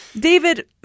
David